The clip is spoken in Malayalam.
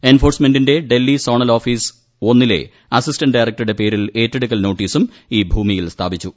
എൻഫോഴ്സ്മെന്റിന്റെ ഡൽഹി സോണൽ ഓഫീസ് ഒന്നിലെ അസിസ്റ്റന്റ് ഡയറക്ടറുടെ പേരിൽ ഏറ്റെടുക്കൽ നോട്ടീസും ഈ ഭൂമിയിൽ സ്ഥാപിച്ചു